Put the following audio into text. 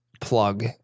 plug